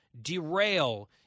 derail